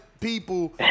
people